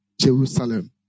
jerusalem